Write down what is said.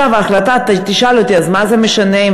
אז תשאל אותי, מה זה משנה אם